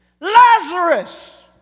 Lazarus